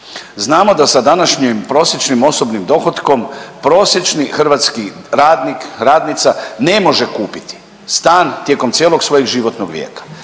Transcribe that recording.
Znamo da sa današnjim prosječnim osobnim dohotkom prosječni hrvatski radnik, radnica ne može kupiti stan tijekom cijelog svojeg životnog vijeka.